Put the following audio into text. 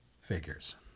figures